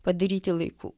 padaryti laiku